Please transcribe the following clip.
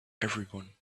everyone